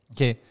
Okay